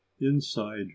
inside